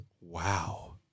wow